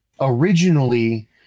originally